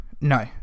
no